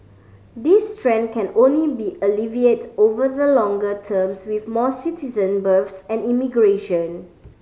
this trend can only be alleviated over the longer terms with more citizen births and immigration